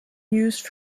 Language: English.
used